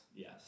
Yes